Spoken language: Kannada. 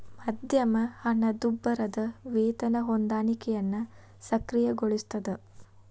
ಮಧ್ಯಮ ಹಣದುಬ್ಬರದ್ ವೇತನ ಹೊಂದಾಣಿಕೆಯನ್ನ ಸಕ್ರಿಯಗೊಳಿಸ್ತದ